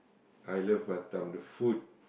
I love Batam the food